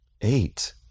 Eight